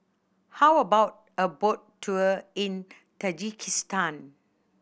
how about a boat tour in Tajikistan